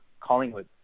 Collingwood